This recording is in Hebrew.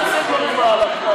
מה זה הדברים האלה?